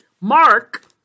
Mark